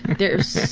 there's